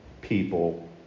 people